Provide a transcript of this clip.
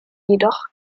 jedoch